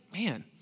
man